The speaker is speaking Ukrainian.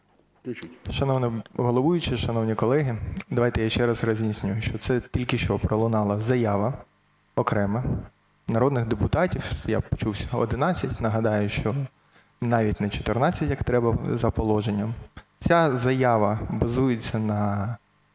Шановний головуючий, шановні колеги! Давайте я ще раз роз'ясню, що це тільки що пролунала заява окремих народних депутатів, я почув, 11. Нагадаю, що навіть не 14, як треба за положенням. Ця заява базується на